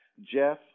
jeff